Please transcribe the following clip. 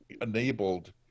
enabled